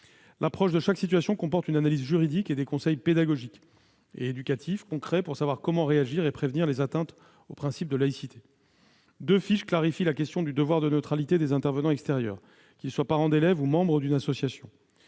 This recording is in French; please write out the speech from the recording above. L'approche de chaque situation comporte une analyse juridique et des conseils pédagogiques et éducatifs concrets pour savoir comment réagir et prévenir les atteintes au principe de laïcité. Deux fiches clarifient la question du devoir de neutralité des intervenants extérieurs, qu'ils soient parents d'élèves ou membres d'une association.